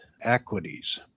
equities